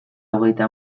hogeita